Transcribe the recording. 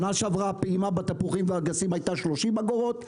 שנה שעברה הפעימה בתפוחים ובאגסים היתה 30 אגורות,